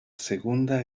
segunda